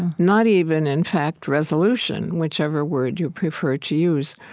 and not even, in fact, resolution, whichever word you prefer to use.